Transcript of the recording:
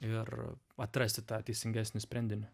ir atrasti tą teisingesnį sprendinį